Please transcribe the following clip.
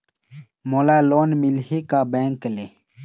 मोला लोन मिलही का बैंक ले?